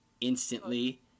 instantly